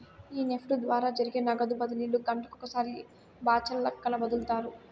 ఈ నెఫ్ట్ ద్వారా జరిగే నగదు బదిలీలు గంటకొకసారి బాచల్లక్కన ఒదులుతారు